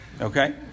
Okay